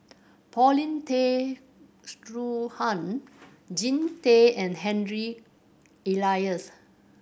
Paulin Tay Straughan Jean Tay and Harry Elias